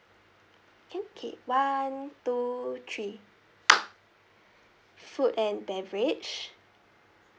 can okay one two three food and beverage